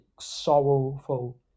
sorrowful